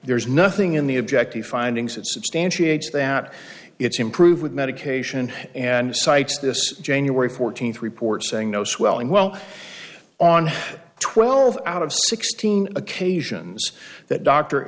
there's nothing in the objective findings that substantiates that it's improved with medication and cites this january fourteenth report saying no swelling well on twelve out of sixteen occasions that dr